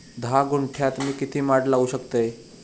धा गुंठयात मी किती माड लावू शकतय?